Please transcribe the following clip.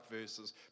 verses